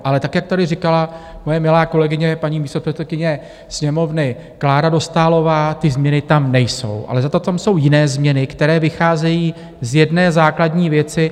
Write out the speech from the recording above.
Ale tak jak tady říkala moje milá kolegyně, paní místopředsedkyně sněmovny Klára Dostálová, ty změny tam nejsou, ale zato tam jsou jiné změny, které vycházejí z jedné základní věci.